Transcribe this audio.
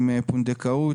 עם פונדקאות,